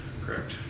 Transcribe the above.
Correct